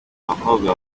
abakobwa